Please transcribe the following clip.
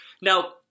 Now